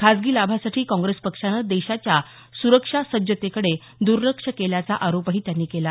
खासगी लाभासाठी काँग्रेस पक्षानं देशाच्या सुरक्षा सज्जतेकडे दुर्लक्ष केल्याचा आरोपही त्यांनी केला